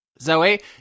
zoe